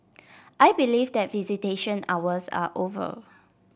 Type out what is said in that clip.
I believe that visitation hours are over